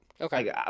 okay